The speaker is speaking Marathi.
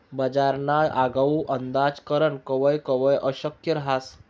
बजारना आगाऊ अंदाज करनं कवय कवय अशक्य रहास